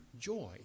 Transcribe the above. joy